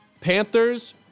Panthers